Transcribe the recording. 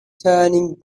turning